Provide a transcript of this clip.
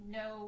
no